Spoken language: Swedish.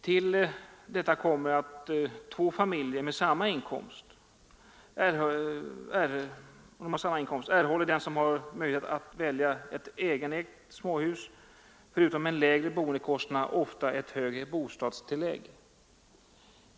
Till detta kommer att av två familjer med samma inkomst erhåller den, som har möjlighet att välja ett egenägt småhus, förutom en lägre boendekostnad ofta ett högre bostadstillägg.